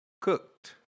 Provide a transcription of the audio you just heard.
cooked